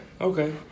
Okay